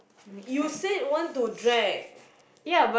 you said want to drag